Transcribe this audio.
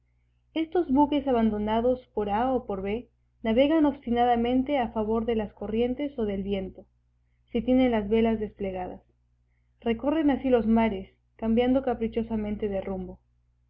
estos buques abandonados por a o por b navegan obstinadamente a favor de las corrientes o del viento si tienen las velas desplegadas recorren así los mares cambiando caprichosamente de rumbo